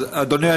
אדוני,